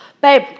Babe